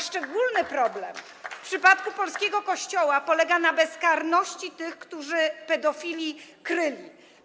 Szczególny problem w przypadku polskiego Kościoła polega na bezkarności tych, którzy pedofili kryli.